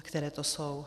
Které to jsou?